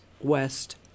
west